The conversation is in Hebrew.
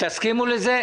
תסכימו לזה?